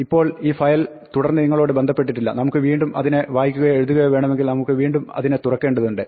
ഇപ്പോൾ ഈ ഫയൽ തുടർന്ന് നമ്മളോട് ബന്ധപ്പെട്ടിട്ടില്ല നമുക്ക് വീണ്ടും അതിനെ വായിക്കുകയോ എഴുതുകയോ വേണമെങ്കിൽ നമുക്ക് വീണ്ടും അതിനെ തുറക്കേണ്ടതുണ്ട്